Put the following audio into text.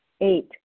Eight